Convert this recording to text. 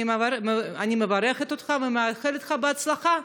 אני מברכת אותך ומאחלת לך בהצלחה.